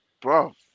bro